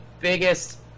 biggest